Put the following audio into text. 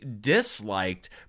disliked